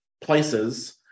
places